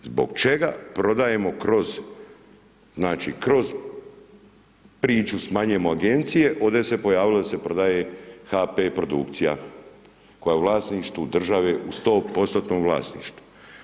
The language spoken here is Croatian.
Zbog čega prodajemo kroz, znači, kroz priču smanjujemo Agencije, ovdje se pojavilo da se prodaje HP produkcija koja je u vlasništvu države u 100%-tnom vlasništvu.